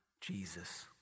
Jesus